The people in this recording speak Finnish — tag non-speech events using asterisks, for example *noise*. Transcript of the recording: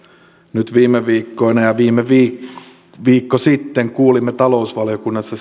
nyt viime viikkoina ja viikko sitten kuulimme talousvaliokunnassa *unintelligible*